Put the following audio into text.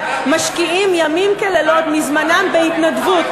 משקיעים לילות כימים מזמנם בהתנדבות,